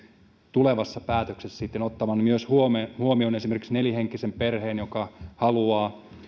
tulevassa päätöksessä sitten otettavan huomioon myös esimerkiksi nelihenkisen perheen joka haluaa